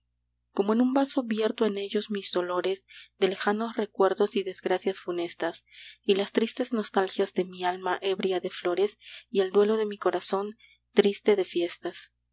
como en un vaso vierto en ellos mis dolores de lejanos recuerdos y desgracias funestas y las tristes nostalgias de mi alma ebria de flores y el duelo de mi corazón triste de fiestas